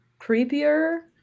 creepier